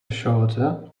shorter